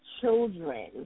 children